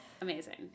amazing